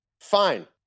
fine